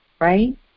Right